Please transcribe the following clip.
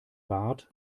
bart